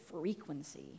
frequency